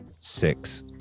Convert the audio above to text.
six